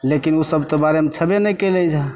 लेकिन ओसब तऽ बारेमे छेबे नहि करै एहिजा